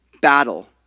battle